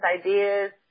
ideas